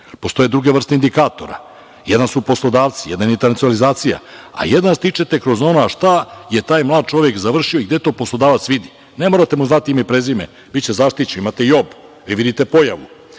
Postoje druge vrste indikatora. Jedan su poslodavci, jedan je internacionalizacija, a jedan stičete kroz ono a šta je taj mladi čovek završio i gde to poslodavac vidi. Ne morate mu znati ime i prezime. Biće zaštićen. Imate JOB, vi vidite pojavu.